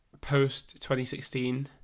post-2016